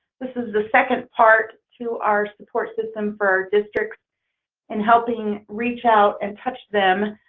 this is the second part to our support system for our districts and helping reach out and touch them